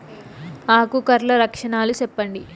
ఆకు కర్ల లక్షణాలు సెప్పండి